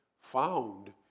found